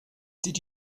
did